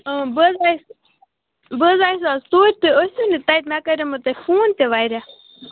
اۭں بہٕ حظ آیس بہٕ حظ آیس آز توتہِ تُہۍ آسوٕے نہٕ تتہِ مےٚ کریٚومو تۄہہِ فون تہِ واریاہ